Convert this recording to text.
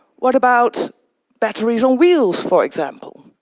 what about batteries on wheels, for example?